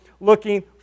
looking